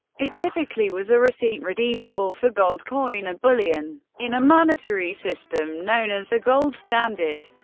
it typically was a receipt redeemable for gold coin or bullion. in a monetary system known as the gold standard,